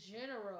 general